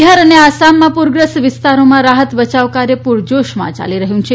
બિહાર અને આસામમાં પુરગ્રસ્ત વિસ્તારોમાં રાહત બયાવ કાર્ય પુરજોશમાંચાલી રહ્યું છે